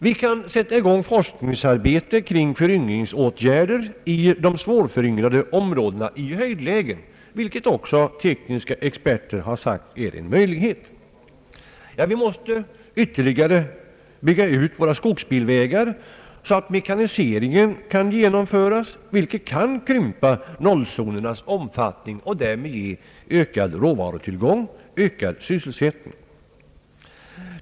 Vi kan sätta i gång forskningsarbete kring föryngringsåtgärder i de svårföryngrade områdena i höjdlägen, vilket också tekniska experter anser vara möjligt. Vi måste ytterligare bygga ut våra skogsvägar, så att mekaniseringen kan genomföras, vilket kan krympa nollzonernas omfattning och därmed ge ökad råvarutillgång och ökad sysselsättning.